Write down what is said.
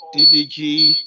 DDG